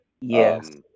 Yes